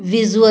visual